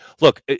look